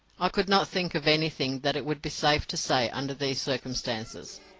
i could not think of anything that it would be safe to say under the circumstances,